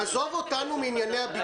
עזוב אותנו מענייני הביטול.